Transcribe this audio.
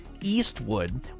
Eastwood